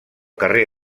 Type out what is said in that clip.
carrer